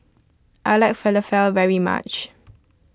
I like Falafel very much